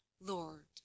Lord